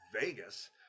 Vegas